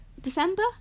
December